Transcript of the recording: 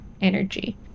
energy